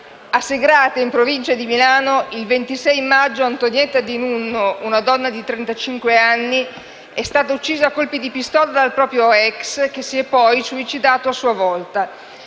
A Segrate, in provincia di Milano, il 26 maggio, Antonietta di Nunno, una donna di trentacinque anni, è stata uccisa a colpi di pistola dal proprio *ex*, che si è poi suicidato a sua volta.